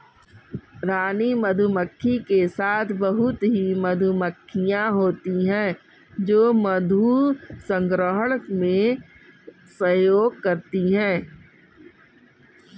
रानी मधुमक्खी के साथ बहुत ही मधुमक्खियां होती हैं जो मधु संग्रहण में सहयोग करती हैं